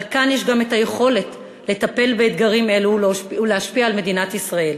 אבל כאן יש גם את היכולת לטפל באתגרים אלו ולהשפיע על מדינת ישראל.